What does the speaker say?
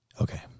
Okay